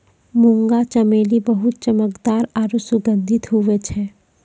मुंगा चमेली बहुत चमकदार आरु सुगंधित हुवै छै